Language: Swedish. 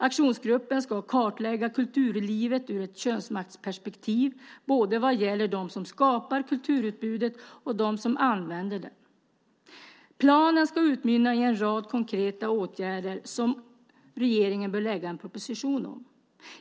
Aktionsgruppen ska kartlägga kulturlivet ur ett könsmaktsperspektiv både vad gäller dem som skapar kulturutbudet och dem som använder det. Planen ska utmynna i en rad konkreta åtgärder som regeringen bör lägga fram en proposition om.